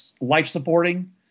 life-supporting